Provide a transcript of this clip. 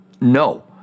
No